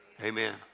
Amen